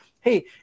Hey